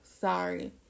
sorry